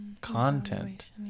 content